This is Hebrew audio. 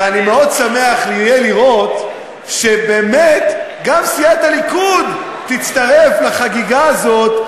ואני אשמח מאוד לראות שבאמת גם סיעת הליכוד תצטרף לחגיגה הזאת,